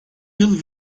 yıl